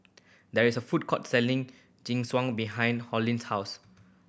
there is a food court selling Jingisukan behind Hollie's house